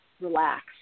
relax